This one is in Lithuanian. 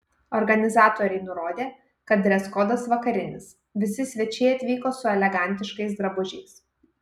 organizatoriai nurodė kad dreskodas vakarinis visi svečiai atvyko su elegantiškais drabužiais